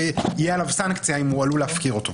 שתהיה עליו סנקציה אם הוא עלול להפקיר אותו.